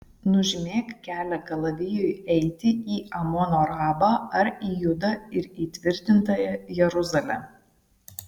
nužymėk kelią kalavijui eiti į amono rabą ar į judą ir įtvirtintąją jeruzalę